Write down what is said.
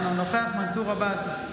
אינו נוכח מנסור עבאס,